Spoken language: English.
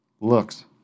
looks